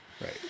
Right